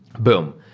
boom!